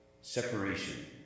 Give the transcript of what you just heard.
separation